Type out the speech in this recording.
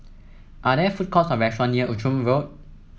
are there food courts or restaurant near Outram Road